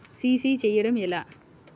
CC చేయడము ఎలా?